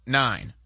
nine